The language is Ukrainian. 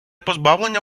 позбавлення